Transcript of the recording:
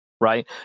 right